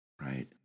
right